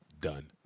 done